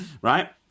Right